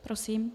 Prosím.